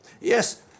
yes